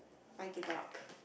I give up